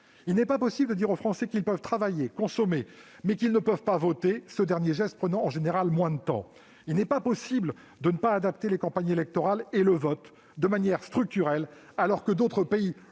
Il n'est pas possible de dire aux Français qu'ils peuvent travailler et consommer, mais qu'ils ne peuvent pas voter, ce dernier geste prenant pourtant, en général, moins de temps. Il n'est pas possible de ne pas adapter les campagnes électorales et le vote de manière structurelle, alors que d'autres pays